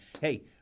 hey